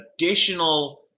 additional